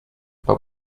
but